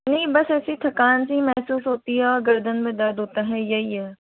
नहीं बस ऐसी थकान सी महसूस होती है और गर्दन में दर्द होता है यही है बस